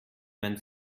man